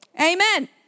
Amen